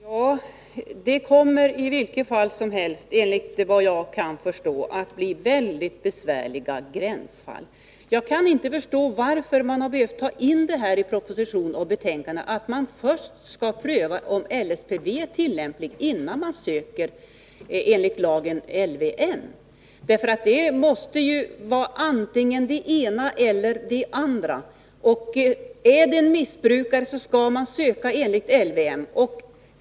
Fru talman! Ja, det kommer i vilket fall som helst, efter vad jag förstår, att bli väldigt besvärliga gränsfall. Jag kan inte förstå varför man har behövt ta in detta i propositionen och betänkandet — att man först skall pröva om LSPV är tillämplig innan man söker enligt LVM. Det måste ju vara antingen det ena eller det andra. Är det fråga om en missbrukare, skall man söka vård enligt LVM.